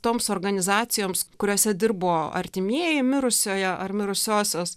toms organizacijoms kuriose dirbo artimieji mirusiojo ar mirusiosios